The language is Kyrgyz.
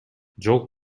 жол